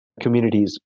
communities